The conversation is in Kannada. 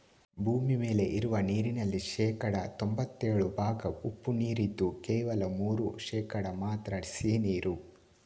ಭೂಮಿ ಮೇಲೆ ಇರುವ ನೀರಿನಲ್ಲಿ ಶೇಕಡಾ ತೊಂಭತ್ತೇಳು ಭಾಗ ಉಪ್ಪು ನೀರಿದ್ದು ಕೇವಲ ಮೂರು ಶೇಕಡಾ ಮಾತ್ರ ಸಿಹಿ ನೀರು